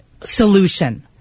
solution